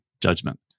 judgment